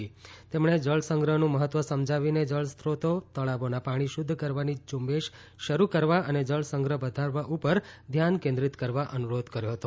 પ્રધાનમંત્રીએ જળસંગ્રહનું મહત્વ સમજાવીને જળસ્ત્રોતો તળાવોના પાણી શુધ્ધ કરવાની ઝુંબેશ શરુ કરવા અને જળસંગ્રહ વધારવા ઉપર ધ્યાન કેન્દ્રિત કરવા અનુરોધ કર્યો હતો